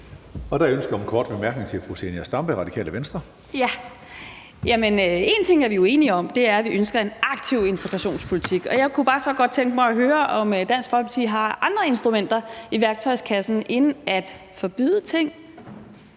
Én ting er vi jo enige om, og det er, at vi ønsker en aktiv integrationspolitik. Jeg kunne bare godt tænke mig at høre, om Dansk Folkeparti har andre instrumenter i værktøjskassen end at forbyde ting,